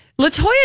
Latoya